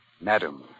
Madam